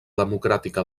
democràtica